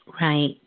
right